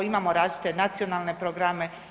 Imamo različite nacionalne programe.